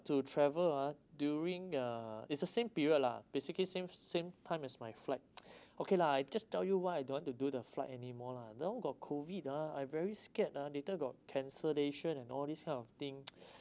to travel ah during uh it's the same period lah basically same same time as my flight okay lah I just tell you why I don't want to do the flight anymore lah now got COVID ah I very scared ah later got cancellation and all this kind of thing